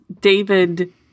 David